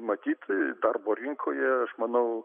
matyt darbo rinkoje aš manau